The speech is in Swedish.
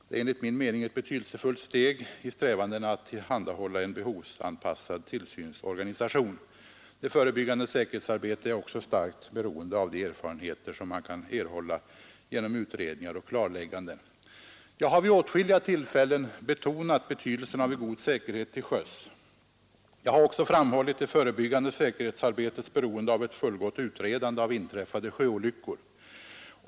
Det är enligt min mening ett betydelsefullt steg i strävandena att tillhandahålla en behovsanpassad tillsynsorganisation. Det förebyggande säkerhetsarbetet är också starkt beroende av de erfarenheter som kan erhållas genom utredningar och klarlägganden av sjöolyckor. Jag har vid åtskilliga tillfällen betonat betydelsen av en god säkerhet till sjöss. Jag har också framhållit det förebyggande säkerhetsarbetets beroende av ett fullgott utredande av inträffade sjöolyckor.